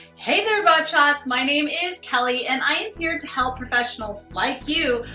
hey there, botshots. my name is kelly, and i am here to help professionals, like you,